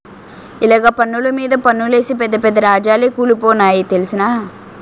ఇలగ పన్నులు మీద పన్నులేసి పెద్ద పెద్ద రాజాలే కూలిపోనాయి తెలుసునా